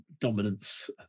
dominance